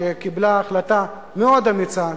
שקיבלה החלטה מאוד אמיצה